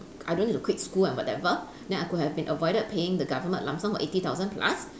I don't need to quit school and whatever then I could have been avoided paying the government a lump sum of eighty thousand plus